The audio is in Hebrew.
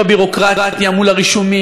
על הקשיים בביורוקרטיה מול הרישומים,